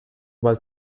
while